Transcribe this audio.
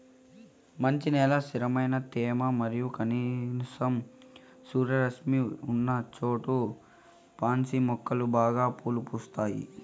మంచి నేల, స్థిరమైన తేమ మరియు కనీసం సూర్యరశ్మి ఉన్నచోట పాన్సి మొక్కలు బాగా పూలు పూస్తాయి